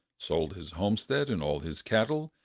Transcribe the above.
sold his homestead and all his cattle,